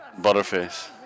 Butterface